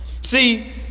See